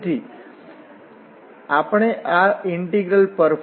તેથી અહીં આ ગ્રીન્સ થીઓરમનો ઉપયોગ કરીને આપણી પાસે ઇલિપ્સ નો એરિયા શું છે